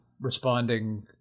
responding